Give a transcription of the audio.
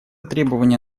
требования